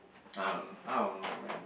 I I don't know man